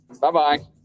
Bye-bye